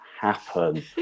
happen